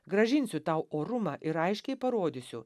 grąžinsiu tau orumą ir aiškiai parodysiu